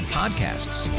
podcasts